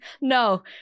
No